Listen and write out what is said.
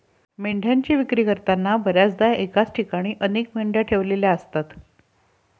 मेंढ्यांची विक्री करताना बर्याचदा एकाच ठिकाणी अनेक मेंढ्या ठेवलेल्या असतात